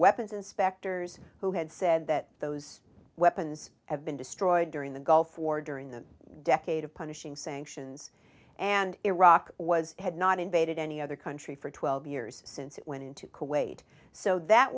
weapons inspectors who had said that those weapons have been destroyed during the gulf war during the decade of punishing sanctions and iraq was had not invaded any other country for twelve years since it went into kuwait so that